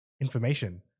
information